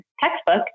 textbook